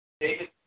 David